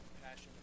compassion